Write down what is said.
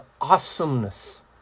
awesomeness